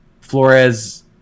Flores